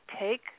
take